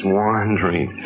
wandering